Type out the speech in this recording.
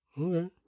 okay